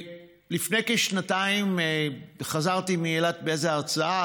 לפני כשנתיים חזרתי מאילת מאיזו הרצאה.